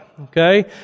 Okay